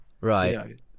Right